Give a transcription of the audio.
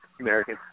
American